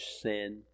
sin